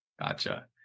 Gotcha